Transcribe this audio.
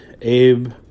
Abe